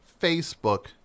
Facebook